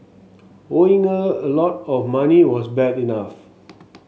owing her a lot of money was bad enough